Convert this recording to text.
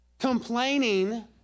Complaining